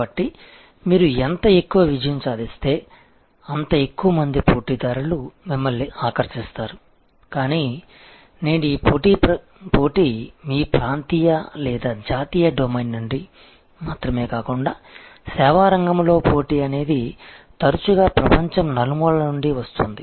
కాబట్టి మీరు ఎంత ఎక్కువ విజయం సాధిస్తే అంత ఎక్కువ మంది పోటీదారులు మిమ్మల్ని ఆకర్షిస్తారు కానీ నేడు ఈ పోటీ మీ ప్రాంతీయ లేదా జాతీయ డొమైన్ నుండి మాత్రమే కాకుండా సేవా రంగంలో పోటీ అనేది తరచుగా ప్రపంచం నలుమూలల నుండి వస్తోంది